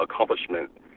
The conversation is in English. accomplishment